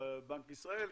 בנק ישראל,